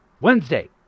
Wednesday